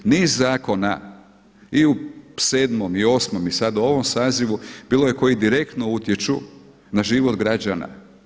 Niz zakona i u 7. i u 8. i sada u ovom sazivu bilo je koji direktno utječu na život građana.